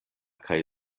kaj